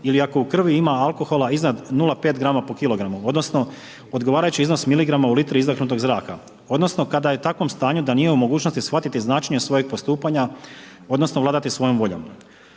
ili ako u krvi ima alkohola iznad 0,5 grama po kilogramu odnosno odgovarajući iznos miligrama u litri izdahnutog zraka odnosno kada je u takvom stanju da nije u mogućnosti shvatiti značenje svojeg postupanja odnosno vladati svojom voljom.